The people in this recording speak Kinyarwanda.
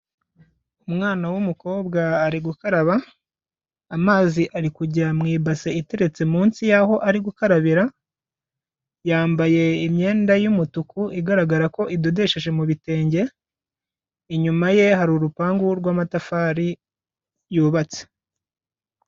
Umwana w'umukobwa ari gukaraba amazi ari kujya mu ibase iteretse munsi yaho ari gukarabira, yambaye imyenda y'umutuku igaragara ko idodesheje mu bi bitenge, inyuma ye hari urupangu rw'amatafari yubatse.